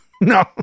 No